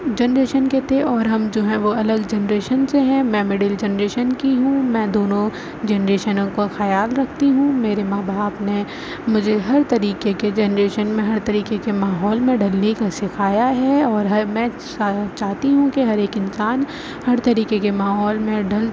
generation کے تھے اور ہم جو ہیں وہ الگ جنریشن سے ہیں میں مڈل جنریشن کی ہوں میں دونوں جنریشنوں کا خیال رکھتی ہوں میرے ماں باپ نے مجھے ہر طریقے کے جنریشن میں ہر طریقے کے ماحول میں ڈھلنے کا سکھایا ہے اور میں چاہتی ہوں کہ ہر ایک انسان ہر طریقے کے ماحول میں ڈھل